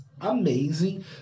Amazing